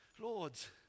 Lord's